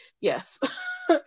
yes